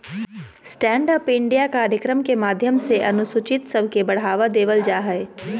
stand up India कार्यक्रम के माध्यम से अनुसूचित सब के बढ़ावा देवल जा हय